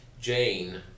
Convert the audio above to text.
Jane